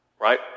right